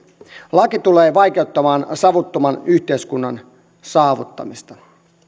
laki tulee vaikeuttamaan savuttoman yhteiskunnan saavuttamista